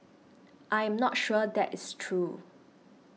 I'm not sure that is true